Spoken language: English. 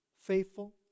faithful